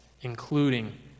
including